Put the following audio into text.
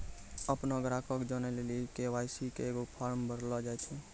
अपनो ग्राहको के जानै लेली के.वाई.सी के एगो फार्म भरैलो जाय छै